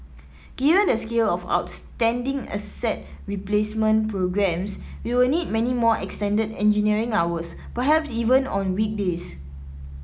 given the scale of outstanding asset replacement programmes we will need many more extended engineering hours perhaps even on weekdays